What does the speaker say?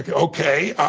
ah okay,